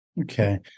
Okay